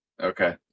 Okay